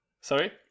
sorry